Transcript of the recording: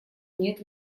нет